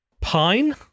Pine